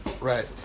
Right